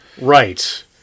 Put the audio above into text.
Right